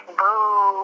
boo